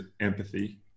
empathy